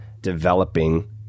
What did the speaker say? developing